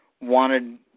wanted